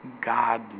God